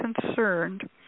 concerned